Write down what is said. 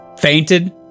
fainted